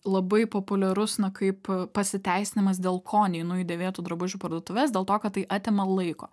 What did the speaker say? labai populiarus na kaip pasiteisinimas dėl ko neinu į dėvėtų drabužių parduotuves dėl to kad tai atima laiko